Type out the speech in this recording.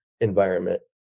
environment